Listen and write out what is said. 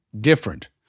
different